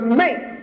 make